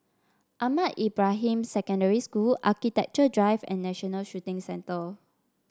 Ahmad Ibrahim Secondary School Architecture Drive and National Shooting Centre